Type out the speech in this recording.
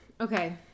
Okay